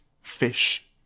fish